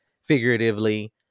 figuratively